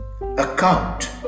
Account